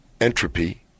entropy